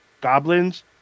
goblins